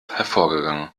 hervorgegangen